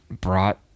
brought